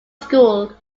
school